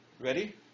ready